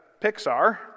Pixar